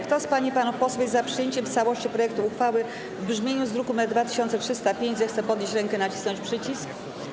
Kto z pań i panów posłów jest za przyjęciem w całości projektu uchwały w brzmieniu z druku nr 2305, zechce podnieść rękę i nacisnąć przycisk.